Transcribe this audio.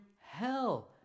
hell